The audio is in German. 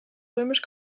römisch